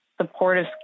supportive